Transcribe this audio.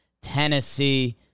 Tennessee